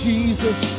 Jesus